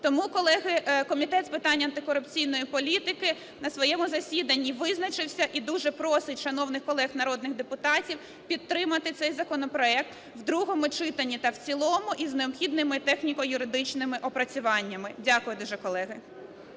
Тому, колеги, Комітет з питань антикорупційної політики на своєму засіданні визначився і дуже просить шановних колег народних депутатів підтримати цей законопроект в другому читанні та в цілому із необхідними техніко-юридичними опрацюваннями. Дякую дуже колеги.